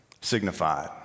signified